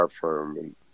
firm